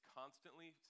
constantly